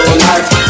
life